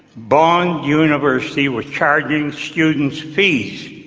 bond university was charging students fees.